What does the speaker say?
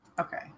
Okay